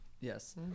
Yes